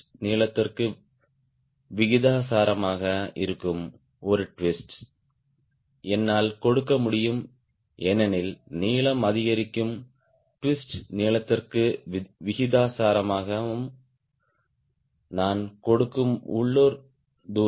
நீளத்திற்கு விகிதாசாரமாக இருக்கும் ஒரு ட்விஸ்ட் என்னால் கொடுக்க முடியும் ஏனெனில் நீளம் அதிகரிக்கும் ட்விஸ்ட் நீளத்திற்கு விகிதாசாரமாகும் நான் கொடுக்கும் உள்ளூர் தூரம்